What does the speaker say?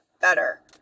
better